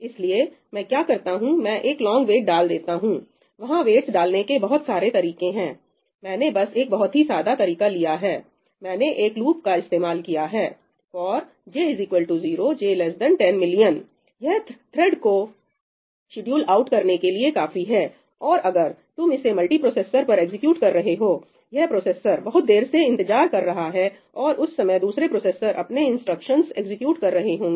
इसलिए मैं क्या करता हूं मैं एक लोंग वेट डाल देता हूं वहां वेट्स डालने के बहुत सारे तरीके हैं मैंने बस एक बहुत ही सादा तरीका लिया है मैंने एक लूप का इस्तेमाल किया है 'for j 0 j 10 million' यह थ्रेड को शेड्यूल आउट करने के लिए काफी है और अगर तुम इसे मल्टिप्रोसेसर पर एग्जीक्यूट कर रहे हो यह प्रोसेसर बहुत देर से इंतजार कर रहा है और उस समय दूसरे प्रोसेसर अपने इंस्ट्रक्शंस एग्जीक्यूट कर रहे होंगे